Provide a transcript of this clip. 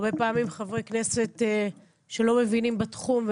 הרבה פעמים חברי כנסת שלא מבינים בתחום.